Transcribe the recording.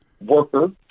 worker